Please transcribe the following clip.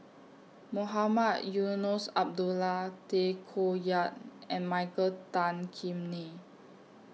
Mohamed Eunos Abdullah Tay Koh Yat and Michael Tan Kim Nei